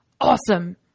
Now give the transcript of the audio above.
awesome